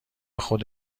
خود